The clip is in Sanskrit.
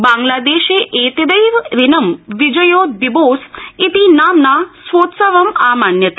बांग्लादेशे एतददेव दिनं बिजोय दिबोस इति नाम्ना स्वोत्सवं आमान्यते